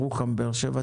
בירוחם או בבאר שבע,